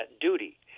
duty